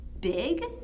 big